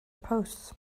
posts